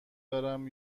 دارم